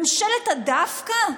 ממשלת הדווקא.